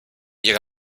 ihre